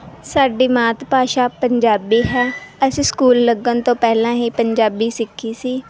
ਸਾਡੀ ਮਾਤ ਭਾਸ਼ਾ ਪੰਜਾਬੀ ਹੈ ਅਸੀਂ ਸਕੂਲ ਲੱਗਣ ਤੋਂ ਪਹਿਲਾਂ ਹੀ ਪੰਜਾਬੀ ਸਿੱਖੀ ਸੀ